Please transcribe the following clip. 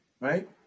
right